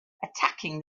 attacking